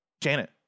Janet